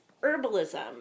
herbalism